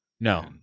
No